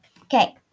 Okay